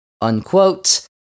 unquote